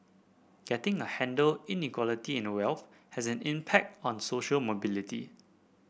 getting a handle Inequality in wealth has an impact on social mobility